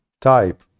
type